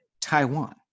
Taiwan